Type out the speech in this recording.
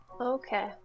Okay